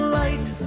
light